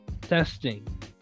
Testing